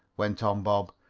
went on bob.